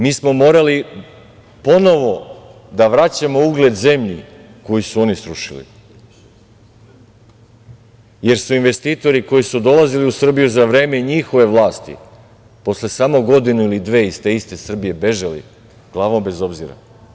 Mi smo morali ponovo da vraćamo ugled zemlji koju su oni srušili, jer su investitori koji su dolazili u Srbiju za vreme njihove vlasti, posle samo godinu ili dve iz te iste Srbije bežali glavom bez obzira.